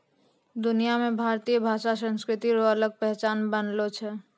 दुनिया मे भारतीय भाषा संस्कृति रो अलग पहचान बनलो छै